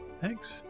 Thanks